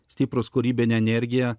stiprūs kūrybinę energiją